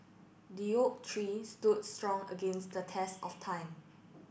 the oak tree stood strong against the test of time